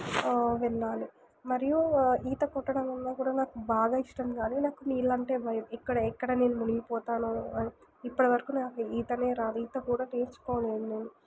విన్నాను మరియు ఈత కొట్టడం అన్నా కూడా నాకు బాగా ఇష్టం కానీ నాకు నీళ్ళు అంటే భయం ఇక్కడ ఎక్కడ నేను మునిగిపోతానో అని ఇప్పటి వరకు నాకు ఈతనే రాదు ఈత కూడా నేర్చుకోలేదు నేను